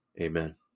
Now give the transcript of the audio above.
Amen